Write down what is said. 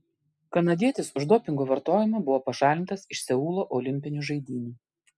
kanadietis už dopingo vartojimą buvo pašalintas iš seulo olimpinių žaidynių